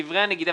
מדברי הנגידה,